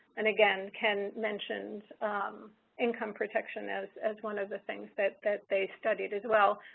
and again, ken mentioned income protection as as one of the things that that they studied as well,